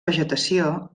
vegetació